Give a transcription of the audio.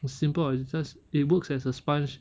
simple [what] it's just it works as a sponge